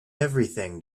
everything